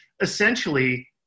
essentially